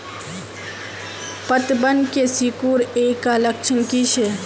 पतबन के सिकुड़ ऐ का लक्षण कीछै?